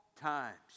times